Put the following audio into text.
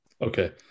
okay